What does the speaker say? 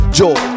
joy